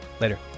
later